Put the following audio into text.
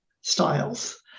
styles